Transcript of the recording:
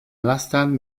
lastan